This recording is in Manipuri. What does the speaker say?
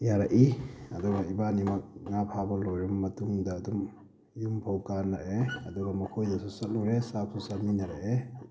ꯌꯥꯔꯛꯏ ꯑꯗꯨꯒ ꯏꯕꯥꯅꯤꯃꯛ ꯉꯥ ꯐꯥꯕ ꯂꯣꯏꯔꯕ ꯃꯇꯨꯡꯗ ꯑꯗꯨꯝ ꯌꯨꯝꯐꯥꯎ ꯀꯥꯅꯔꯛꯑꯦ ꯑꯗꯨꯒ ꯃꯈꯣꯏꯗꯁꯨ ꯆꯠꯂꯨꯔꯦ ꯆꯥꯛꯁꯨ ꯆꯥꯃꯤꯟꯅꯔꯛꯑꯦ